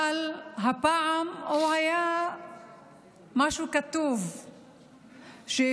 אבל הפעם הוא היה משהו כתוב שאפשר